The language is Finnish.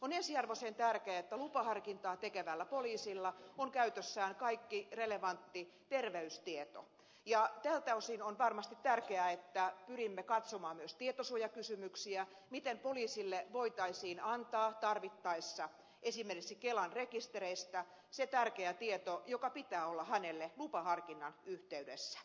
on ensiarvoisen tärkeää että lupaharkintaa tekevällä poliisilla on käytössään kaikki relevantti terveystieto ja tältä osin on varmasti tärkeää että pyrimme katsomaan myös tietosuojakysymyksiä miten poliisille voitaisiin antaa tarvittaessa esimerkiksi kelan rekistereistä se tärkeä tieto joka pitää olla hänellä lupaharkinnan yhteydessä